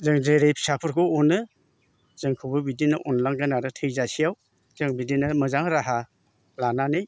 जों जेरै फिसाफोरखौ अनो जोंखौबो बिदिनो अनलांगोन आरो थैजासेयाव जों बिदिनो मोजां राहा लानानै